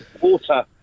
Water